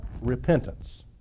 repentance